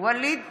ווליד טאהא,